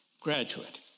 graduate